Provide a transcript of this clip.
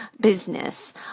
business